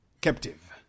captive